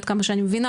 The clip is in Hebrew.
עד כמה שאני מבינה.